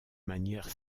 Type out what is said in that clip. manière